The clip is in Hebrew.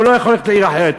הוא לא יכול ללכת לעיר אחרת,